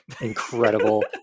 incredible